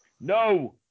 No